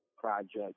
project